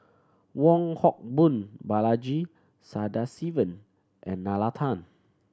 Wong Hock Boon Balaji Sadasivan and Nalla Tan